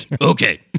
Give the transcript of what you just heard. Okay